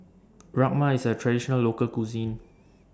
Rajma IS A Traditional Local Cuisine